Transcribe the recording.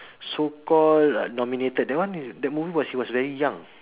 so called uh nominated that one is that movie was he was very young